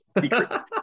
secret